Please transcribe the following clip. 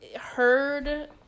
heard